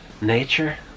nature